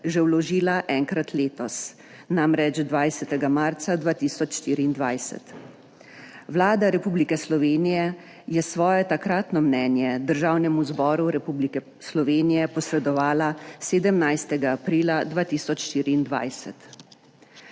že vložila enkrat letos, namreč 20. marca 2024. Vlada Republike Slovenije je svoje takratno mnenje Državnemu zboru Republike Slovenije posredovala 17. aprila 2024.